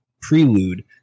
prelude